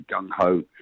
gung-ho